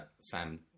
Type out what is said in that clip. Sam